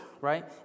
right